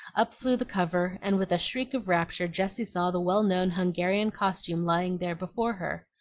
up flew the cover, and with a shriek of rapture jessie saw the well-known hungarian costume lying there before her.